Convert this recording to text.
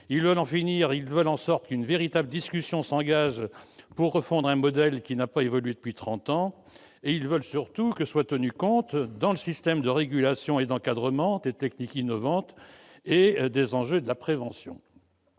de circonstance. Ils veulent qu'une véritable discussion s'engage pour refondre un modèle qui n'a pas évolué depuis trente ans. Et ils veulent surtout qu'il soit tenu compte, dans le système de régulation et d'encadrement, des techniques innovantes et des enjeux de la prévention.